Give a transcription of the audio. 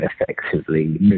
effectively